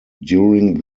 during